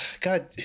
God